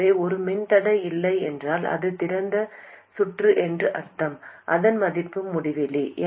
எனவே ஒரு மின்தடை இல்லை என்றால் அது திறந்த சுற்று என்று அர்த்தம் அதன் மதிப்பு முடிவிலி